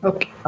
Okay